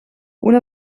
una